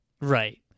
right